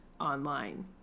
online